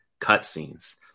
cutscenes